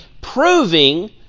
Proving